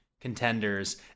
contenders